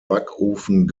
backofen